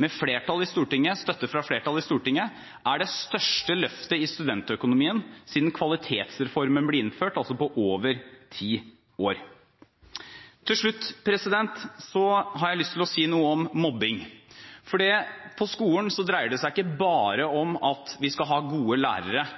med støtte fra flertallet i Stortinget, det største løftet i studentøkonomien siden Kvalitetsreformen ble innført – altså på over ti år. Til slutt har jeg lyst til å si noe om mobbing. For på skolen dreier det seg ikke bare om at vi skal ha gode lærere,